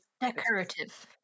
decorative